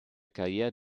carrière